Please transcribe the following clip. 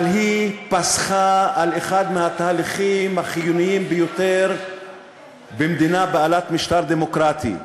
אבל היא פסחה על אחד התהליכים החיוניים ביותר במדינה בעלת משטר דמוקרטי,